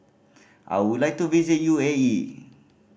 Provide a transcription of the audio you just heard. I would like to visit U A E